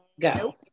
Go